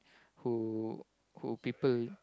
who who people